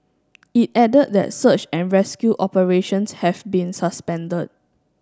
it added that search and rescue operations have been suspended